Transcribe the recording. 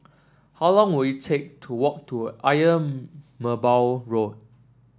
how long will it take to walk to Ayer Merbau Road